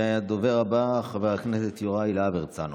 והדובר הבא, חבר הכנסת יוראי להב הרצנו.